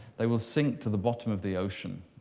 they will sink to the bottom of the ocean.